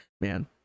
man